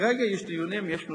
כרגע יש דיונים, יש מלחמה,